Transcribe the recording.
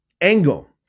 angle